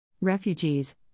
Refugees